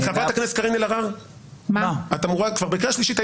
חברת הכנסת קארין אלהרר, את כבר בקריאה שלישית.